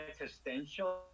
existential